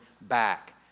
back